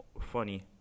funny